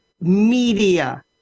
media